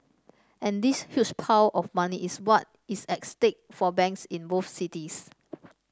and this huge pile of money is what is at stake for banks in both cities